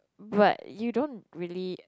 but you don't really